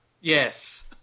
yes